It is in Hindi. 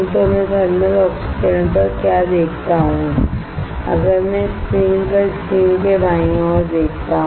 तो मैं थर्मल ऑक्सीकरण पर क्या देखता हूं अगर मैं स्क्रीन पर स्क्रीन के बाईं ओर देखता हूं